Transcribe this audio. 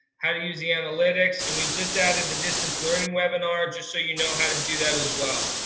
how to use the analytics and we've just added the distance learning webinar, just so you know how to do that as well.